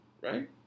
right